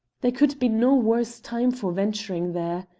there could be no worse time for venturing there.